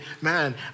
man